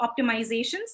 optimizations